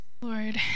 lord